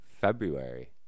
February